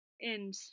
and-